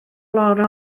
lôn